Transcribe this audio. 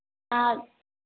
हाँ